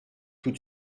tout